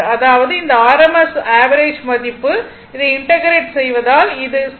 அதாவது இந்த RMS மதிப்பு ஆவரேஜ் மதிப்பு இதை இன்டெகிரெட் செய்தால் அது 0